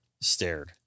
stared